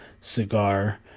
cigar